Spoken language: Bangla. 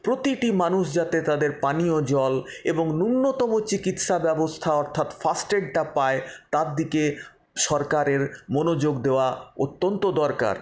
প্রতিটি মানুষ যাতে তাদের পানীয় জল এবং ন্যূনতম চিকিৎসা ব্যবস্থা অর্থাৎ ফার্স্ট এডটা পায় তার দিকে সরকারের মনোযোগ দেওয়া অত্যন্ত দরকার